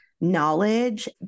knowledge